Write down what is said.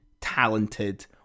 talented